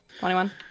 21